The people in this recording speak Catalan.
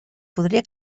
podria